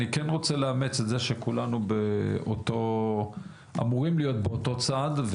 אני כן רוצה לאמץ את זה שכולנו אמורים להיות באותו צד.